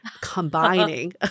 combining